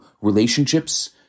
relationships